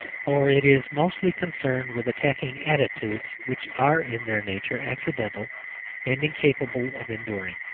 for it is mostly concerned with attacking attitudes which are in their nature accidental and incapable of enduring.